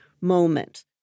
moment